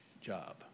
job